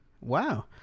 wow